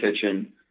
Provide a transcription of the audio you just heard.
kitchen